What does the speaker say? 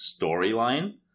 storyline